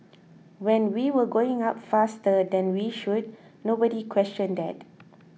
when we were going up faster than we should nobody questioned that